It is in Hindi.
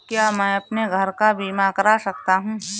क्या मैं अपने घर का बीमा करा सकता हूँ?